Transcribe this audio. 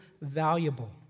valuable